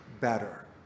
better